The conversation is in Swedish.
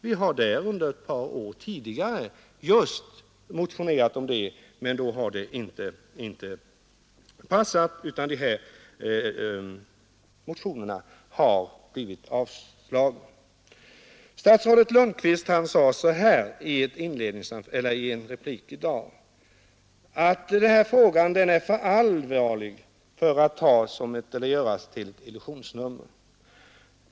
Vi har tidigare under ett par år motionerat om detta, men då har det inte passat, utan motionerna har blivit avslagna. Statsrådet Lundkvist sade i en replik i dag att den här frågan är för allvarlig för att göras till ett illusionsnummer.